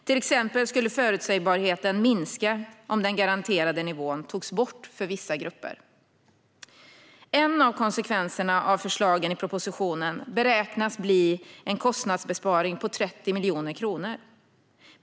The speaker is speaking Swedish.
Till exempel skulle förutsägbarheten minska om den garanterade nivån togs bort för vissa grupper. En av konsekvenserna av förslagen i propositionen beräknas bli en kostnadsbesparing på 30 miljoner kronor.